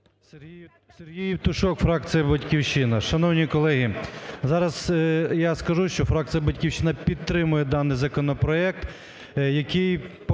Сергій Євтушок, фракція "Батьківщина". Шановні колеги, зараз я скажу, що фракція "Батьківщина" підтримує даний законопроект, який